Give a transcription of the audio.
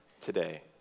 today